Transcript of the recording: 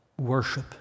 worship